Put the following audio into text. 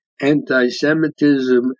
Anti-Semitism